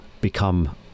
become